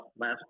last